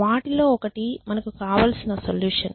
వాటిలో ఒకటి మనకు కావలసిన సొల్యూషన్